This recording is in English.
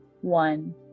One